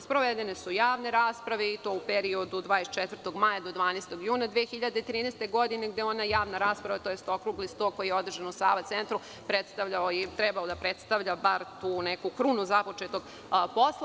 Sprovedene su javne rasprave i to u periodu od 24. maja do 12. juna 2013. godine, gde je i ona javna rasprava, tj. okrugli sto koji je održan u Sava centru trebao da predstavlja bar tu neku krunu započetog posla.